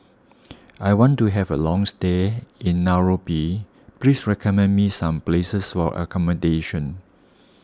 I want to have a long stay in Nairobi please recommend me some places for accommodation